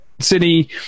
city